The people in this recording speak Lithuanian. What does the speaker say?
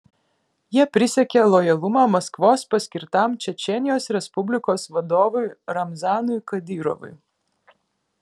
jie prisiekė lojalumą maskvos paskirtam čečėnijos respublikos vadovui ramzanui kadyrovui